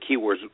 keywords